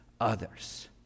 others